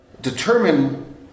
determine